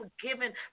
forgiven